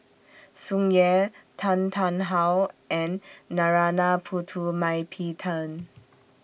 Tsung Yeh Tan Tarn How and Narana Putumaippittan